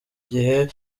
gihe